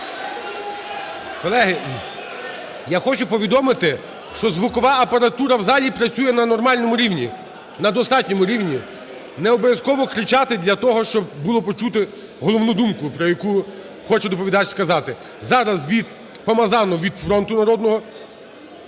Колеги, я хочу повідомити, що звукова апаратура в залі працює на нормальному рівні, на достатньому рівні. Необов'язково кричати для того, щоб було почути головну думку, про яку хоче доповідач сказати. Зараз від…, Помазанов - від "Фронту народного".